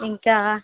ᱤᱝᱠᱟ